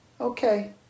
okay